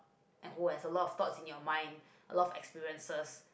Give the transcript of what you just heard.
and who has a lot of thoughts in your mind a lot of experiences